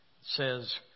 says